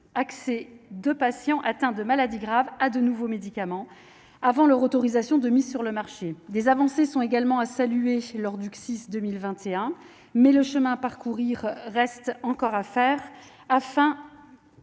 accès de patients atteints de maladies graves à de nouveaux médicaments avant leur autorisation de mise sur le marché des avancées sont également à saluer lors du CSIS, 2021, mais le chemin à parcourir reste encore à faire, afin,